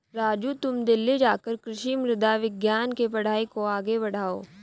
राजू तुम दिल्ली जाकर कृषि मृदा विज्ञान के पढ़ाई को आगे बढ़ाओ